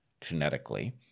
genetically